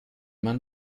man